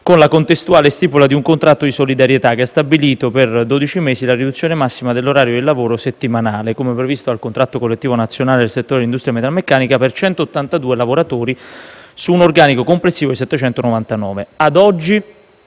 con la contestuale stipula di un contratto di solidarietà, che ha stabilito per dodici mesi la riduzione massima dell'orario di lavoro settimanale, come previsto dal contratto collettivo nazionale di lavoro del settore dell'industria metalmeccanica, per 182 lavoratori (su un organico complessivo di 799). Ad oggi,